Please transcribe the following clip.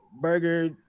burger